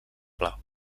pla